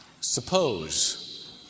suppose